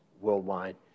worldwide